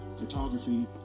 photography